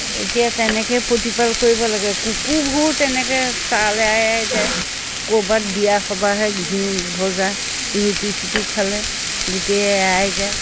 এতিয়া তেনেকৈয়ে প্ৰতিপাল কৰিব লাগে কুকুবোৰও তেনেকৈ চাল এৰাই এৰাই যায় ক'ৰবাত বিয়া সবাহে ঘিউত ভজা ৰুটি চুটি খালে গোটেই এৰাই যায়